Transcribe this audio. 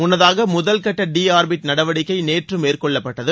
முன்னதாக முதல்கட்ட deorbit நடவடிக்கை நேற்று மேற்கொள்ளப்பட்டது